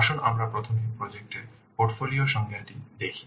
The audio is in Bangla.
আসুন আমরা প্রথমে প্রজেক্ট এর পোর্টফোলিও সংজ্ঞাটি দেখি